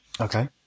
Okay